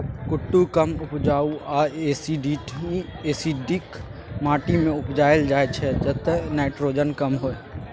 कुट्टू कम उपजाऊ आ एसिडिक माटि मे उपजाएल जाइ छै जतय नाइट्रोजन कम होइ